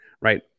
right